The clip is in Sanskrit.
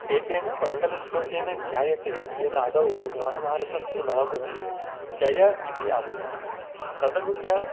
एतेन मङ्गलश्लोकेन ज्ञायते यत् आदौ महाभारतस्य नाम जयः इति आसीत् तदनु च